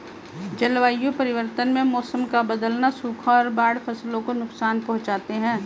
जलवायु परिवर्तन में मौसम का बदलना, सूखा और बाढ़ फसलों को नुकसान पहुँचाते है